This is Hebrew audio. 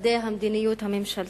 צדדי המדיניות הממשלתית.